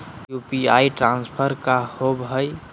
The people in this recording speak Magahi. यू.पी.आई ट्रांसफर का होव हई?